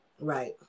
Right